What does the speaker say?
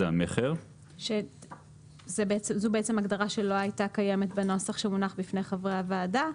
המכר; למעשה זו הגדרה שלא הייתה קיימת בנוסח שהונח בפני חברי הוועדה.